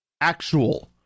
actual